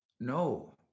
no